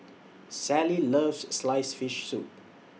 Sally loves Sliced Fish Soup